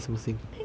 thank you